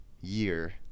year